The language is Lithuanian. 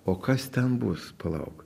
o kas ten bus palauk